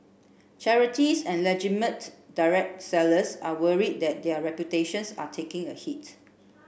charities and legitimate direct sellers are worried that their reputations are taking a hit